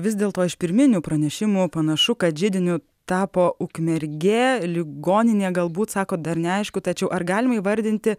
vis dėl to iš pirminių pranešimų panašu kad židiniu tapo ukmergė ligoninė galbūt sakot dar neaišku tačiau ar galima įvardinti